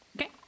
Okay